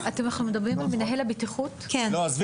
אני מתכוונת